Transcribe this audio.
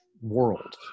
world